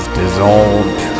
dissolved